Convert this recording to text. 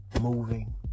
moving